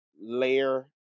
layer